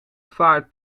vaart